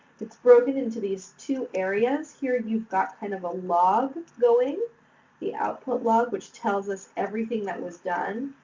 it's broken into these two areas. here, and you've got kind of a log going the output log which tells us everything that was done.